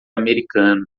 americano